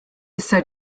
issa